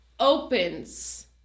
opens